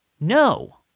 No